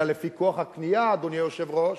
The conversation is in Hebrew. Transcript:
אלא לפי כוח הקנייה, אדוני היושב-ראש,